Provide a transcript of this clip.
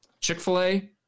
Chick-fil-A